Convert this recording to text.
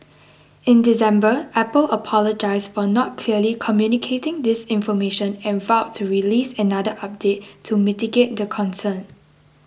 in December Apple apologised for not clearly communicating this information and vowed to release another update to mitigate the concern